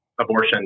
abortion